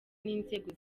n’inzego